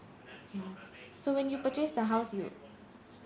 mm so when you purchase the house you